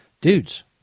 Dudes